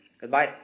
Goodbye